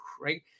right